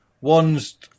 one's